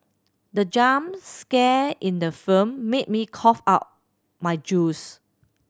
the jump scare in the film made me cough out my juice